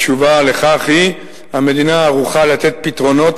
התשובה על כך היא: המדינה ערוכה לתת פתרונות